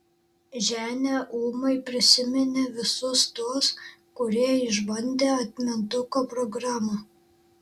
ženia ūmai prisiminė visus tuos kurie išbandė atmintuko programą